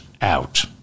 out